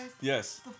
Yes